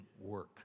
work